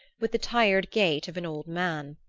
with the tired gait of an old man.